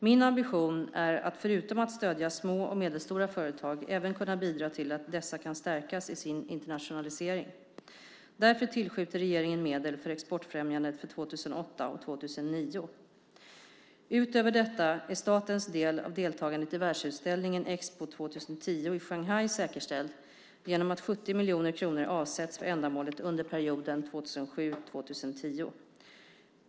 Min ambition är förutom att stödja små och medelstora företag även att kunna bidra till att dessa kan stärkas i sin internationalisering. Därför tillskjuter regeringen medel för exportfrämjandet för 2008 och 2009. Utöver detta är statens del av deltagandet i världsutställningen Expo 2010 i Shanghai säkerställd genom att 70 miljoner kronor avsätts för ändamålet under perioden 2007-2010.